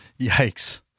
Yikes